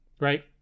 right